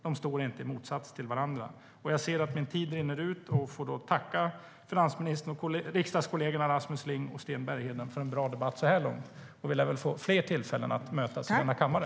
De står inte i motsats till varandra. Jag tackar finansministern och riksdagskollegorna Rasmus Ling och Sten Bergheden för en bra debatt så här långt. Vi lär få fler tillfällen att mötas i denna kammare.